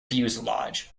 fuselage